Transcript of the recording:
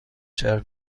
شهر